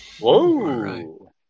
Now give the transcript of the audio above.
Whoa